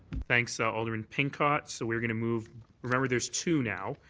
thanks, so alderman pincott. so we're going to move remember there's two now.